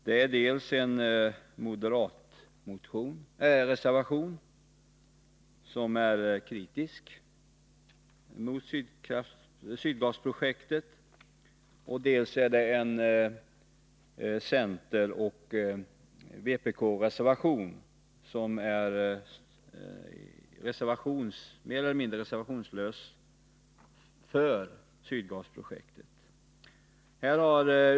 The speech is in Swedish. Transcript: Det är dels en moderatreservation, som är kritisk till Sydgasprojektet, dels.en center-vpk-reservation, där reservanterna mer eller mindre reservationslöst uttalar sig för Sydgasprojektet.